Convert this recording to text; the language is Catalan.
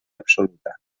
absoluta